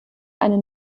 eine